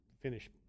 finish